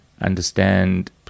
understand